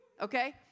Okay